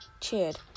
cheered